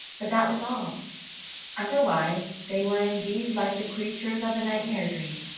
but that was all otherwise they were indeed like the creatures of a nightmare dream.